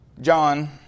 John